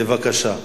בבקשה.